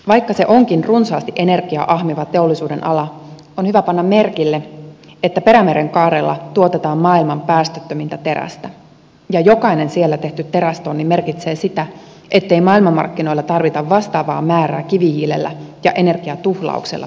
vaikka se onkin runsaasti energiaa ahmiva teollisuudenala on hyvä panna merkille että perämerenkaarella tuotetaan maailman päästöttömintä terästä ja jokainen siellä tehty terästonni merkitsee sitä ettei maailmanmarkkinoilla tarvita vastaavaa määrää kivihiilellä ja energian tuhlauksella tuotettua terästä